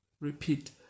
Repeat